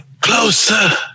Closer